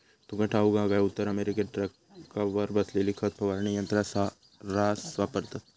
तुका ठाऊक हा काय, उत्तर अमेरिकेत ट्रकावर बसवलेली खत फवारणी यंत्रा सऱ्हास वापरतत